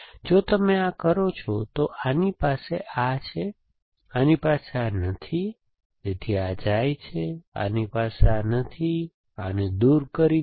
તેથી જો તમે આ કરો છો તો આની પાસે આ છે આની પાસે આ નથી તેથી આ જાય છે આની પાસે આ નથી આ દૂર કરી દો